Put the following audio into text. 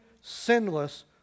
sinless